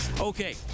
Okay